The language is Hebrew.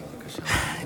בבקשה.